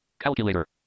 Calculator